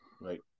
Right